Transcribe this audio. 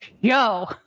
yo